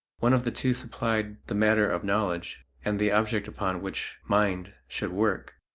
one of the two supplied the matter of knowledge and the object upon which mind should work.